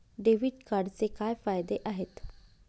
Debit कार्डचे काय फायदे आहेत?